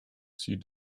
see